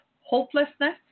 hopelessness